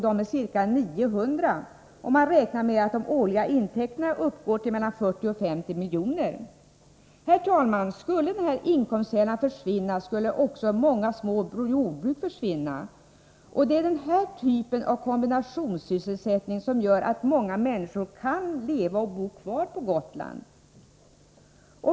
De är ca 900, och man räknar med att deras årliga intäkter uppgår till mellan 40 och 50 milj.kr. Herr talman! Skulle denna inkomstkälla försvinna skulle också många små jordbruk försvinna. Det är denna typ av kombinationssysselsättning som gör att många människor kan leva och bo kvar på Gotland.